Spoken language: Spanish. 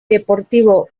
deportivo